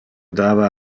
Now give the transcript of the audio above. dava